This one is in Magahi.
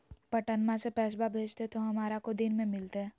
पटनमा से पैसबा भेजते तो हमारा को दिन मे मिलते?